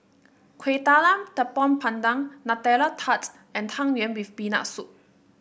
Kueh Talam Tepong Pandan Nutella Tarts and Tang Yuen with Peanut Soup